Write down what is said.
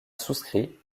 souscrit